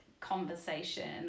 conversation